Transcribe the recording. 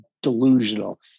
delusional